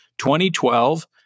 2012